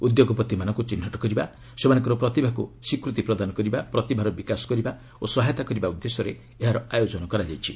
ଉଦ୍ୟୋଗପତି ମାନଙ୍କୁ ଚିହ୍ନଟ କରିବା ସେମାନଙ୍କର ପ୍ରତିଭାକୁ ସ୍ୱିକୃତୀ ଦେବା ପ୍ରତିଭାର ବିକାଶ କରିବା ଓ ସହାୟତା କରିବା ଉଦ୍ଦେଶ୍ୟରେ ଏହାର ଆୟୋଜନ କରାଯାଇଛି